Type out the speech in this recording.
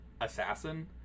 assassin